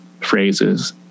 phrases